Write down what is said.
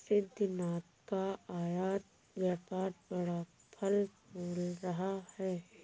सिद्धिनाथ का आयत व्यापार बड़ा फल फूल रहा है